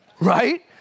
Right